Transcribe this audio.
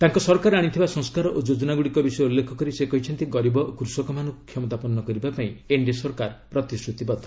ତାଙ୍କ ସରକାର ଆଣିଥିବା ସଂସ୍କାର ଓ ଯୋଜନା ଗୁଡ଼ିକ ବିଷୟ ଉଲ୍ଲେଖ କରି ସେ କହିଛନ୍ତି ଗରିବ ଓ କୃଷକମାନଙ୍କୁ କ୍ଷମତାପନ୍ନ କରିବା ପାଇଁ ଏନ୍ଡିଏ ସରକାର ପ୍ରତିଶ୍ରତିବଦ୍ଧ